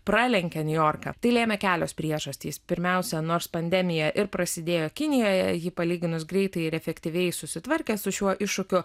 pralenkė niujorką tai lėmė kelios priežastys pirmiausia nors pandemija ir prasidėjo kinijoje jį palyginus greitai ir efektyviai susitvarkė su šiuo iššūkiu